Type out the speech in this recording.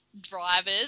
drivers